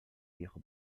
viejo